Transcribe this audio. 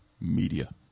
Media